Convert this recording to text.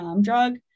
drug